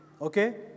Okay